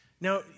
Now